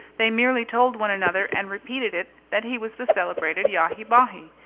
they merely told one another, and repeated it, that he was the celebrated yahi-bahi.